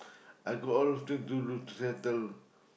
I got a lot of things to look settle